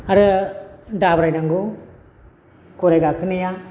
आरो दाब्रायनांगौ गराइ गाखोनाया